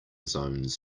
zones